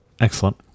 Excellent